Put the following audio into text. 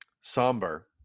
Somber